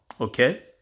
Okay